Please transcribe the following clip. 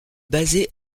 basé